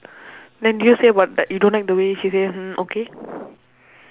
then did you say about like you don't like the way she say hmm okay